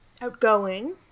Outgoing